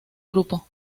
grupo